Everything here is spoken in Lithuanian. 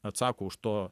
atsako už to